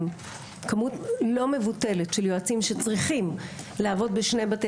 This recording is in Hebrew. כמות לא מבוטלת של יועצים שצריכים לעבוד בשני בתי